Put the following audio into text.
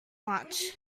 much